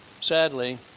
Sadly